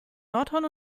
nordhorn